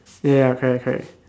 ya ya ya correct correct